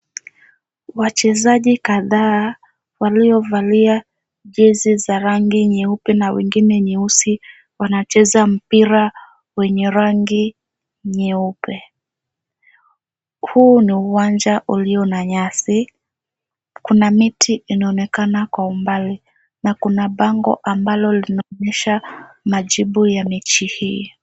Wachezaji kadhaa waliyovalia jezi za rangi nyeupe na wengine nyeusi, wanacheza mpira wenye rangi nyeupe. Huu ni uwanja uliyo na nyasi. Kuna miti inaonekana kwa umbali na kuna bango ambalo linaonyesha majibu ya mechi hii.